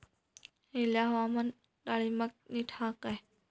हयला हवामान डाळींबाक नीट हा काय?